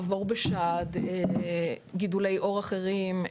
עובר בשד וגידולי עור אחרים,